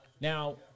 Now